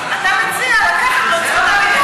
אתה מציע לקחת לו את זכות,